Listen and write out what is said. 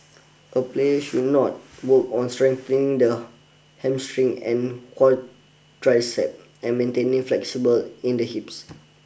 a play should not work on strengthening the hamstring and quadriceps and maintaining flexible in the hips